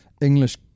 English